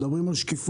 מדברים על שקיפות,